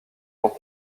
pour